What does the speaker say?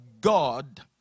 God